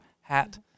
hat